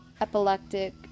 epileptic